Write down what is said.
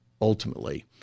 ultimately